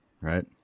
right